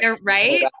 Right